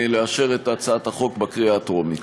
לאשר את הצעת החוק בקריאה הטרומית.